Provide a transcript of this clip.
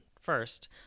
first